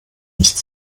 nicht